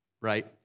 right